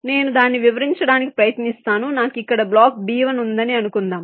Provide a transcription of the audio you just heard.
నేను దాన్ని వివరించడానికి ప్రయత్నిస్తాను నాకు ఇక్కడ బ్లాక్ B1 ఉందని అనుకుందాం